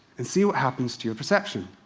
and see what happens to your perception.